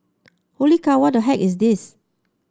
holy cow what the heck is this